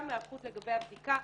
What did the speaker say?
גם הערכות לגבי הבדיקה,